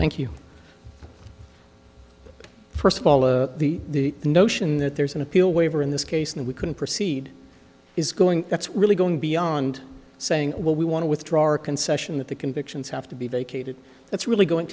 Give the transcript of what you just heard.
thank you first of all or the notion that there's an appeal waiver in this case and we couldn't proceed is going that's really going beyond saying well we want to withdraw our concession that the convictions have to be vacated that's really going